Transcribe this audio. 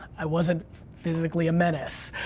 i wasn't physically a menace.